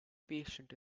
patient